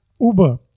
Uber